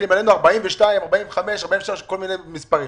כל מיני מספרים.